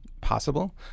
Possible